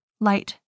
Light